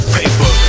paper